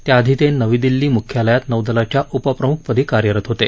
त्याआधी ते नवी दिल्ली मुख्यालयात नौदलाच्या उपप्रमुख पदी कार्यरत होते